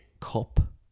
cup